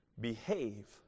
behave